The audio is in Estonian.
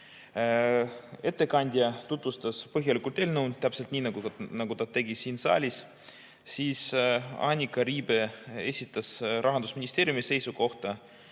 Ettekandja tutvustas põhjalikult eelnõu, täpselt nii, nagu ta tegi siin saalis. Annike Riibe esitas Rahandusministeeriumi seisukoha,